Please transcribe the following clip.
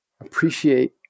Appreciate